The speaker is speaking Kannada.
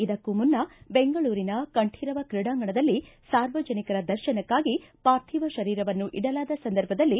ಇದಕ್ಕೂ ಮುನ್ನ ಬೆಂಗಳೂರಿನ ಕಂಠೀರವ ಕ್ರೀಡಾಂಗಣದಲ್ಲಿ ಸಾರ್ವಜನಿಕ ದರ್ಶನಕ್ಕಾಗಿ ಪಾರ್ಥೀವ ಶರೀರವನ್ನು ಇಡಲಾದ ಸಂದರ್ಭದಲ್ಲಿ